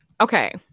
Okay